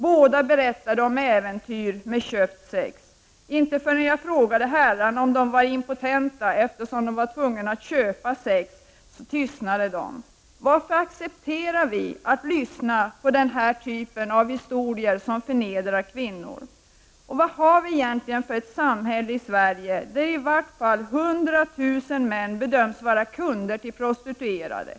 Båda berättade om äventyr med köpt sex. Inte förrän jag frågade om herrarna var impotenta, eftersom de var tvungna att köpa sex, tystnade de. Varför accepterar vi att lyssna på den här typen av historier, som förnedrar kvinnor? Vad har vi egentligen för ett samhälle i Sverige, där i vart fall 100 000 män bedöms vara kunder till prostituerade?